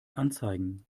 anzeigen